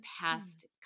past